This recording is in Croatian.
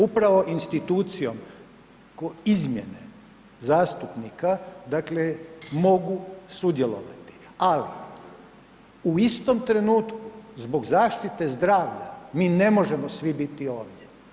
Upravo institucijom izmjene zastupnika, dakle mogu sudjelovati, ali u istom trenutku zbog zaštite zdravlja mi ne možemo svi biti ovdje.